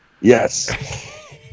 Yes